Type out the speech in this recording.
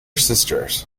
sisters